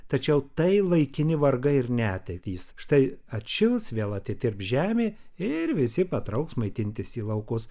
tačiau tai laikini vargai ir netektys štai atšils vėl atitirps žemė ir visi patrauks maitintis į laukus